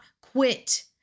quit